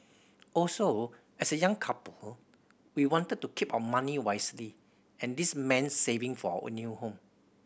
also as a young couple we wanted to keep our money wisely and this mean saving for our new home